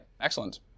Excellent